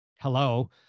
hello